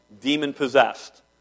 demon-possessed